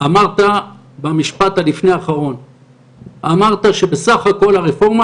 אמרת במשפט לפני האחרון שבסך הכול הרפורמה